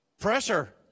Pressure